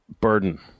burden